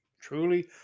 truly